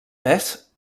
pes